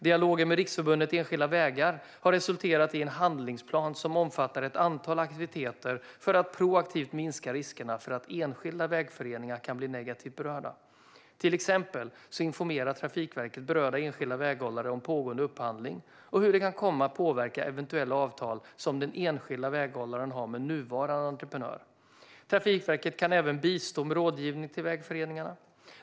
Dialogen med Riksförbundet Enskilda Vägar har resulterat i en handlingsplan som omfattar ett antal aktiviteter för att proaktivt minska riskerna för att enskilda vägföreningar kan bli negativt berörda. Till exempel informerar Trafikverket berörda enskilda väghållare om pågående upphandlingar och hur det kan komma att påverka eventuella avtal som den enskilda väghållaren har med nuvarande entreprenör. Trafikverket kan även bistå med rådgivning till vägföreningarna.